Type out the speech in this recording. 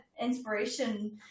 inspiration